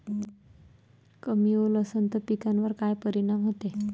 कमी ओल असनं त पिकावर काय परिनाम होते?